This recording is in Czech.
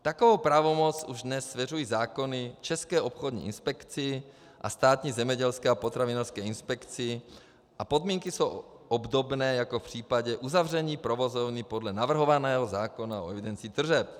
Takovou pravomoc už dnes svěřují zákony České obchodní inspekci a Státní zemědělské a potravinářské inspekci a podmínky jsou obdobné jako v případě uzavření provozovny podle navrhovaného zákona o evidenci tržeb.